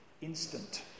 instant